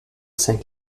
saint